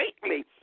greatly